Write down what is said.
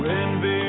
envy